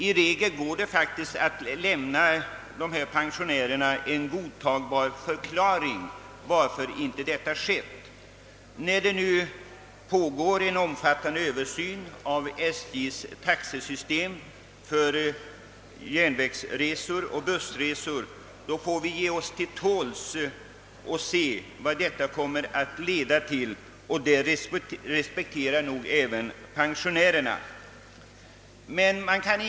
I regel går det att lämna dessa pensionärer en godtagbar förklaring till att detta inte har skett. När en omfattande översyn av SJ:s taxesystem för järnvägsresor och bussresor nu pågår, får vi ge oss till tåls och se vad den kommer att leda till. Detta respekterar nog även pensionärerna.